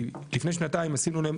כי לפני שנתיים עשינו להם